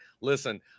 listen